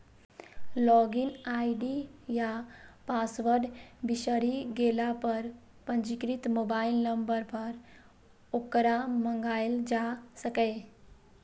log in ID या password बिसरि गेला पर पंजीकृत मोबाइल नंबर पर ओकरा मंगाएल जा सकैए